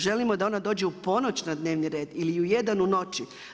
Želimo da ona dođe u ponoć na dnevni red ili u 1 u noći?